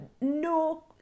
no